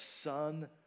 Son